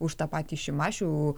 už tą patį šimašių